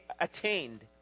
attained